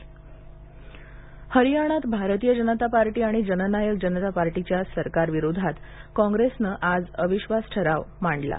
अविश्वास ठराव हरियाणात भारतीय जनता पार्टी आणि जननायक जनता पार्टीच्या सरकारविरोधात काँग्रेस अविश्वास ठराव मांडणार आहे